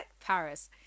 Paris